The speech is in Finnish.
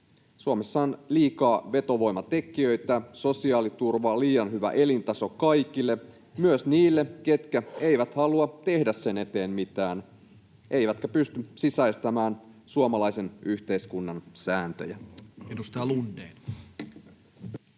Suomessa on liikaa vetovoimatekijöitä: sosiaaliturva, liian hyvä elintaso kaikille, myös niille, ketkä eivät halua tehdä sen eteen mitään eivätkä pysty sisäistämään suomalaisen yhteiskunnan sääntöjä. [Speech